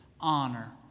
honor